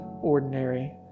ordinary